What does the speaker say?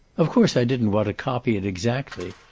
of course i didn't want to copy it exactly.